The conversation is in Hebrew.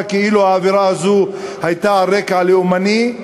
כאילו העבירה הזו הייתה על רקע לאומני.